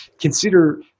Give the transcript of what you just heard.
consider